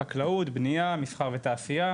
חקלאות, בנייה, מסחר ותעשייה